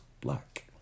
Black